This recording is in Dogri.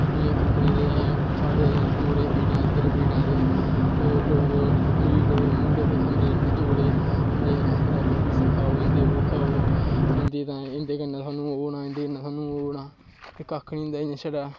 इ'यां साढ़े जोड़ें पीड़ां इद्धर पीड़ां ते लोग मीट मूट खंदे जिं'दे जोड़ें लैग्ग पीस खाओ इं'दे ओह् खाओ इं'दे कन्नै सानू ओह् होना इं'दे कन्नै सानू ओह् होना ते कक्ख निं होंदा इ'यां छड़ा